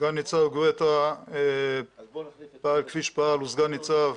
סגן ניצב גואטה פעל כפי שפעל, הוא סגן ניצב,